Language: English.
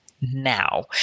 now